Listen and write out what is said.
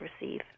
receive